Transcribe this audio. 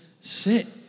sit